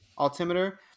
altimeter